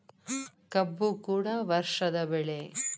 ಕಬ್ಬು ಕೂಡ ವರ್ಷದ ಬೆಳೆ